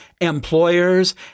employers